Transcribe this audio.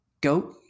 Go